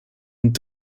und